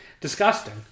disgusting